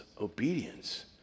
obedience